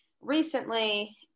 recently